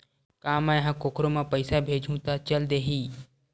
का मै ह कोखरो म पईसा भेजहु त चल देही?